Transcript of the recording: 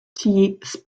space